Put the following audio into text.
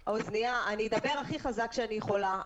אני אדבר הכי חזק שאני יכולה.